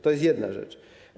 To jest jedna rzecz.